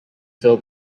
fill